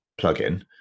plugin